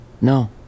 No